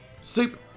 Soup